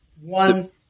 one